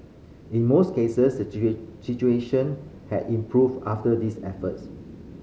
in most cases situation had improved after these efforts